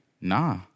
Nah